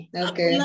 okay